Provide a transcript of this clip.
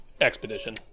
Expedition